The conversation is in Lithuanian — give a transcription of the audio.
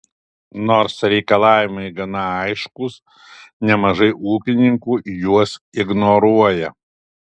nors reikalavimai gana aiškūs nemažai ūkininkų juos ignoruoja